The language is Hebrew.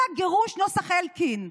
זה הגירוש נוסח אלקין.